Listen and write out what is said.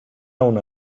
una